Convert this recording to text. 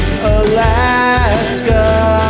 Alaska